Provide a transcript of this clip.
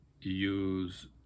use